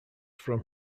from